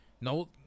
No